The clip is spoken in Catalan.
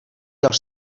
els